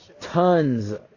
Tons